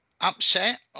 Upset